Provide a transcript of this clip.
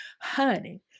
honey